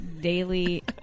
Daily